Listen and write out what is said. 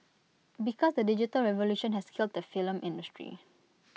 because the digital revolution has killed the film industry